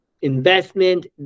investment